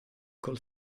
call